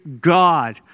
God